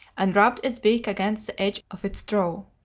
and rubbed its beak against the edge of its trough.